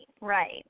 right